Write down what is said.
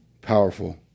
Powerful